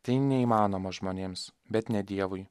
tai neįmanoma žmonėms bet ne dievui